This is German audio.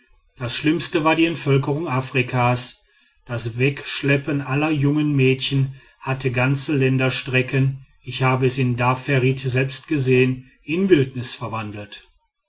das schlimmste war die entvölkerung afrikas das wegschleppen aller jungen mädchen hatte ganze länderstrecken ich habe es in dar fertit selbst gesehen in wildnis verwandelt